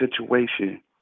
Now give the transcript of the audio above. situation